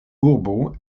urbo